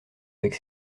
avec